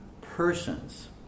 persons